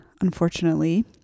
unfortunately